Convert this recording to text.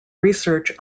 research